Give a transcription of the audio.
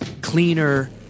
cleaner